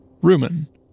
rumen